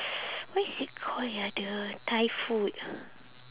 what is it call ya the thai food